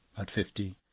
at fifty.